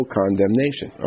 condemnation